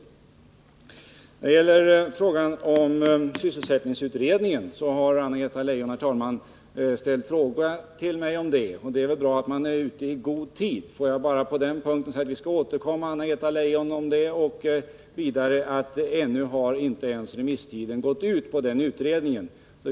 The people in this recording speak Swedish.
Anna-Greta Leijon har ställt en fråga till mig om sysselsättningsutredningen. Det är väl bra att vara ute i god tid, men jag vill bara säga att vi skall återkomma till den saken; ännu har inte ens remisstiden gått ut för utredningen.